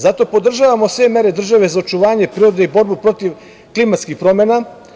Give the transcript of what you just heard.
Zato podržavamo sve mere države za očuvanje prirode i borbu protiv klimatskih promena.